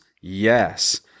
Yes